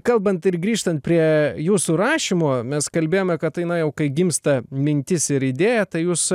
kalbant ir grįžtant prie jūsų rašymo mes kalbėjome kad tai na jaukai gimsta mintis ir idėja tai jūs